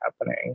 happening